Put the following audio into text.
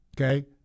Okay